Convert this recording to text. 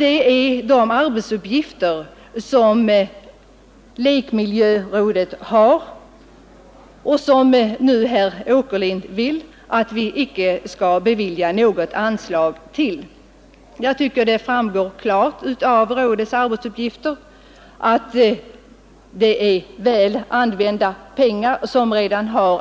Detta är rådets arbetsuppgifter, och det är till detta råd som herr Åkerlind inte vill att vi skall bevilja något anslag. Jag tycker dock att det klart framgår av arbetsuppgifterna att det är väl använda pengar som